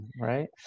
right